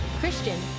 Christian